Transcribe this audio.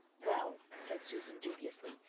well, said susan dubiously,